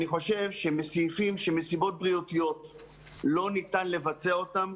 אני חושב שסעיפים שמסיבות בריאותיות לא ניתן לבצע אותם,